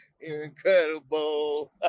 Incredible